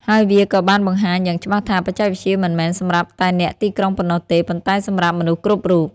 ហើយវាក៏បានបង្ហាញយ៉ាងច្បាស់ថា បច្ចេកវិទ្យាមិនមែនសម្រាប់តែអ្នកទីក្រុងប៉ុណ្ណោះទេ ប៉ុន្តែសម្រាប់មនុស្សគ្រប់រូប។